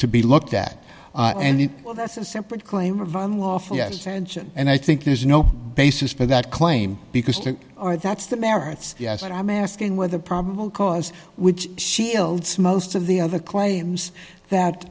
to be looked at and that's a separate claim and i think there's no basis for that claim because that's the merits i'm asking whether probable cause which most of the other claims that